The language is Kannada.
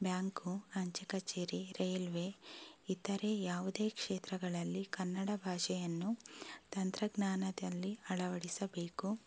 ಬ್ಯಾಂಕು ಅಂಚೆ ಕಚೇರಿ ರೈಲ್ವೆ ಇತರೆ ಯಾವುದೇ ಕ್ಷೇತ್ರಗಳಲ್ಲಿ ಕನ್ನಡ ಭಾಷೆಯನ್ನು ತಂತ್ರಜ್ಞಾನದಲ್ಲಿ ಅಳವಡಿಸಬೇಕು